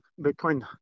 Bitcoin